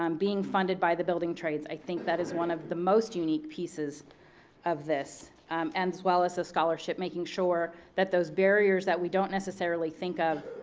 um being funded by the building trades. i think that is one of the most unique pieces of this as well as the scholarship. making sure that those barriers that we don't necessarily think of,